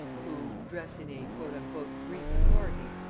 who, dressed in a brief authority,